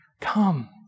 Come